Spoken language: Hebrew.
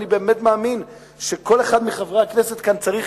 אני באמת מאמין שכל אחד מחברי הכנסת כאן צריך,